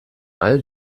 all